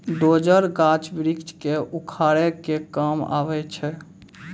dozer, गाछ वृक्ष क उखाड़े के काम आवै छै